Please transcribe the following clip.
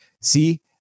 see